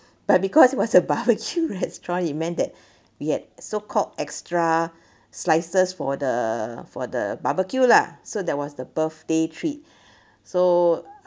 but because it was a barbecue restaurant it meant that we had so called extra slices for the for the barbecue lah so that was the birthday treat so